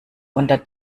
unter